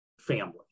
family